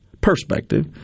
perspective